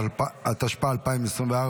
התשפ"ה 2024,